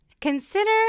Consider